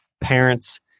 parents